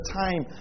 time